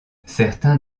certains